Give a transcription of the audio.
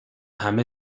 همه